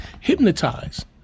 hypnotized